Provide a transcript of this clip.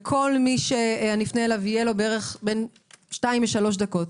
כל מי שאפנה אליו, יהיו לו כשתיים-שלוש דקות.